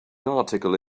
article